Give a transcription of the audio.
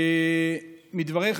מדבריך,